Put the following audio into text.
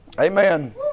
Amen